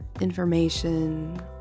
information